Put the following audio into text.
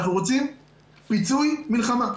אנחנו רוצים פיצוי מלחמה.